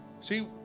See